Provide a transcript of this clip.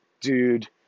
Dude